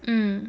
mm